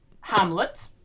hamlet